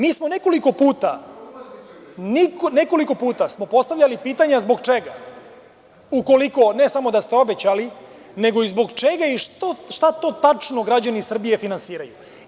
Mi smo nekoliko puta postavljali pitanja zbog čega, ukoliko ne samo da ste obećali, nego i zbog čega i šta to tačno građani Srbije finansiraju?